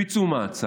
ביצעו מעצר.